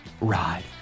ride